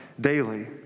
daily